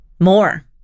more